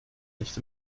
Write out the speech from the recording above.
nicht